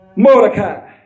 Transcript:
Mordecai